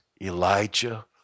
Elijah